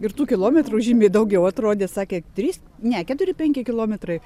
ir tų kilometrų žymiai daugiau atrodė sakė trys ne keturi penki kilometrai